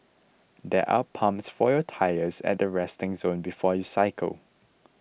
there are pumps for your tyres at the resting zone before you cycle